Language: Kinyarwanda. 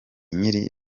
nkiri